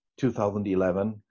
2011